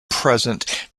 present